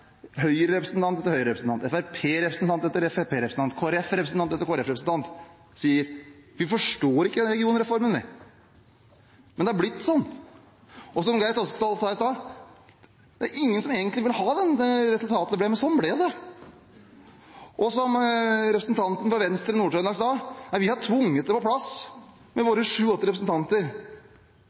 Høyre-representant etter Høyre-representant, Fremskrittsparti-representant etter Fremskrittsparti-representant, Kristelig Folkeparti-representant etter Kristelig Folkeparti-representant sier at vi forstår ikke denne regionreformen, men det er blitt sånn. Og som Geir Sigbjørn Toskedal sa i stad, er det ingen som egentlig vil ha dette resultatet, men sånn ble det. Og som representanten for Venstre i Nord-Trøndelag sa: Vi har tvunget det på plass, med våre sju–åtte representanter.